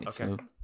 Okay